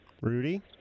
Rudy